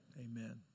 Amen